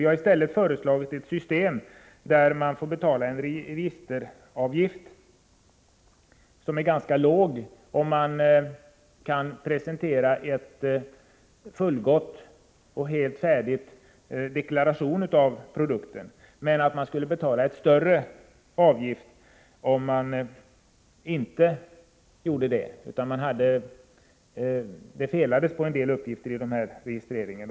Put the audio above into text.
Vi har i stället föreslagit ett system där man får betala en ganska låg registeravgift, om man kan presentera en fullgod och helt färdig deklaration av produkten, men där man får betala en högre avgift om en del uppgifter fattas vid registreringen.